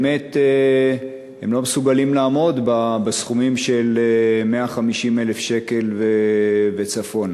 הם באמת לא מסוגלים לעמוד בסכומים של 150,000 שקל וצפונה.